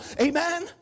amen